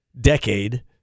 decade